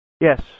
Yes